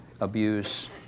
abuse